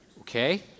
Okay